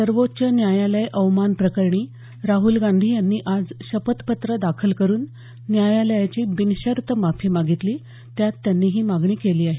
सर्वोच्च न्यायालय अवमान प्रकरणी राहुल गांधी यांनी आज शपथपत्र दाखल करून न्यायालयाची बिनशर्त माफी मागितली त्यात त्यांनी ही मागणी केली आहे